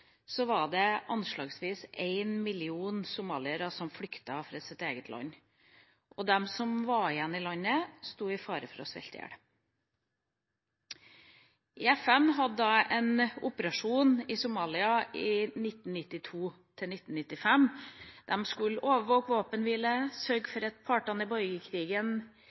var det anslagsvis en million somaliere som flyktet fra sitt eget land, og de som var igjen i landet, sto i fare for å sulte i hjel. FN hadde en operasjon i Somalia fra 1992 til 1995. De skulle overvåke våpenhvilen og sørge for at partene i borgerkrigen